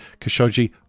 Khashoggi